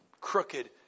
crooked